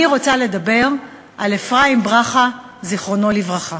אני רוצה לדבר על אפרים ברכה, זיכרונו לברכה.